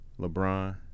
LeBron